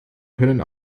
können